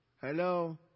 Hello